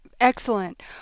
Excellent